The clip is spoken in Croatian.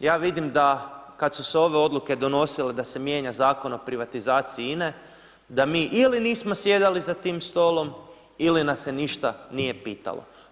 ja vidim da kada su se ove odluke donosile da se mijenja Zakon o privatizaciji INA-e da mi ili nismo sjedali za tim stolom ili nas se ništa nije pitalo.